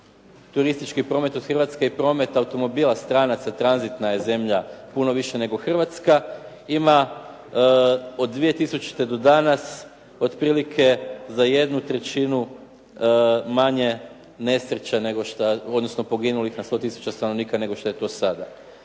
turistički promet od Hrvatske i promet automobila, stranaca, tranzitna je zemlja puno više nego Hrvatska, ima od 2000. do danas otprilike za 1/3 manje nesreća, odnosno poginulih na 100 tisuća stanovnika nego što je to sada.